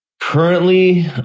Currently